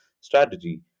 strategy